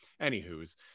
Anywho's